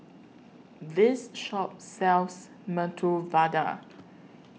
This Shop sells Medu Vada